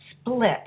split